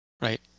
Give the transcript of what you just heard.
right